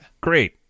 Great